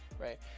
right